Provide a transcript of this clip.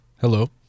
Hello